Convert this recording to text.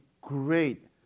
great